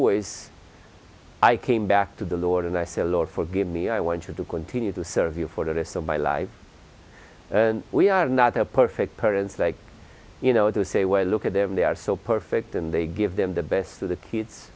ways i came back to the lord and i say lord forgive me i want you to continue to serve you for the rest of my life we are not a perfect parents like you know to say well look at them they are so perfect and they give them the best of the kids